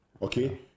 Okay